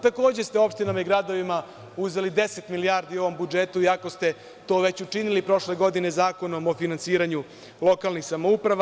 Takođe ste opštinama i gradovima uzeli 10 milijardi u ovom budžetu, iako ste to već učinili prošle godine Zakonom o finansiranju lokalnih samouprava.